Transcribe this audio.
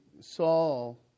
Saul